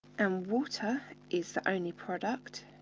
and water is the only product,